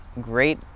Great